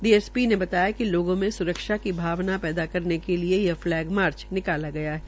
DSP ने बताया कि लोगों में सुरक्षा की भावना पैदा करने के लिये यह फलैग मार्च निकाला गया है